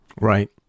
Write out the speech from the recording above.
right